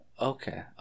Okay